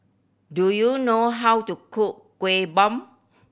do you know how to cook Kueh Bom